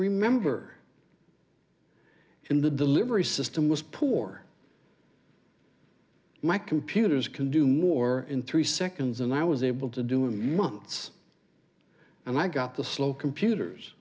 remember and the delivery system was poor my computers can do more in three seconds and i was able to do in months and i got the slow computers